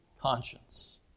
Conscience